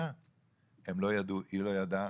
הם לא ידעו, היא לא ידעה,